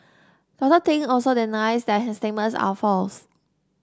Doctor Ting also denies that his statements are false